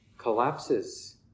collapses